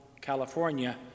California